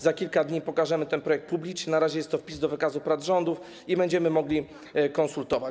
Za kilka dni pokażemy ten projekt publicznie, na razie jest to wpis do wykazu prac rządu, i będziemy mogli konsultować.